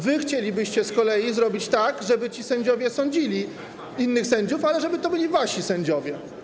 Wy chcielibyście z kolei zrobić tak, żeby ci sędziowie sądzili innych sędziów, ale żeby to byli wasi sędziowie.